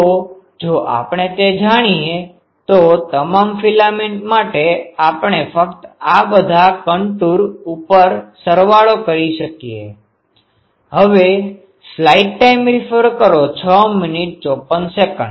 તો જો આપણે તે જાણીએ તો તમામ ફિલામેન્ટ માટે આપણે ફક્ત આ બધા કન્ટૂરcontour સમોચ્ચ ઉપર સરવાળો કરી શકીએ